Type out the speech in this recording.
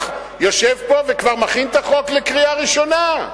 יושב פה וכבר מכין את הצעת החוק לקריאה ראשונה.